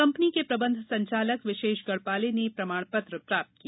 company के प्रबंध संचालक विशेष गढ़पाले ने प्रमाण पत्र प्राप्त किया